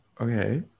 Okay